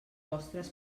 vostres